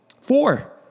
Four